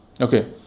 Okay